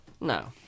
No